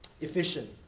Efficient